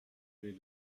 les